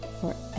forever